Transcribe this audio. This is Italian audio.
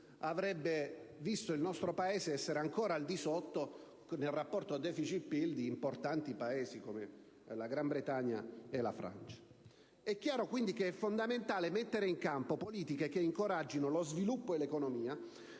avrebbe visto il nostro Paese essere ancora al di sotto, nel rapporto deficit*-*PIL, rispetto ad importanti Paesi, come la Gran Bretagna e la Francia. È chiaro quindi che è fondamentale mettere in campo politiche che incoraggino lo sviluppo e l'economia,